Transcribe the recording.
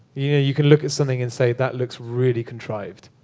you know you can look at something and say, that looks really contrived.